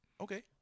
Okay